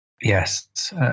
Yes